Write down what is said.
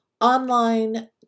online